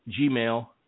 gmail